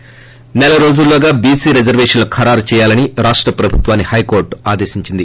ి నెల రోజుల్లోగా బీసీ రిజర్వేషన్లు ఖరారు చేయాలని రాష్ట ప్రభుత్వాన్ని హైకోర్టు ఆదేశించింది